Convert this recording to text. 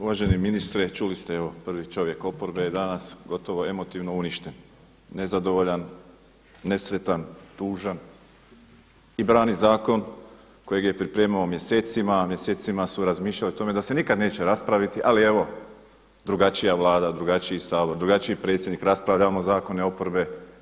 Uvaženi ministre čuli ste, evo prvi čovjek oporbe je danas gotovo emotivno uništen, nezadovoljan, nesretan, tužan i brani zakon kojeg je pripremao mjesecima, a mjesecima su razmišljali o tome da se nikada neće raspraviti ali evo drugačija Vlada, drugačiji Sabor, drugačiji predsjednik, raspravljamo zakone oporbe.